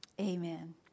Amen